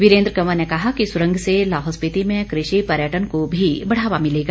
वीरेन्द्र कंवर ने कहा कि सुरंग से लाहौल स्पीति में कृषि पर्यटन को भी बढ़ावा मिलेगा